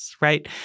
right